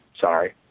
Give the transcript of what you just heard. sorry